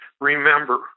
Remember